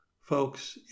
folks